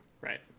right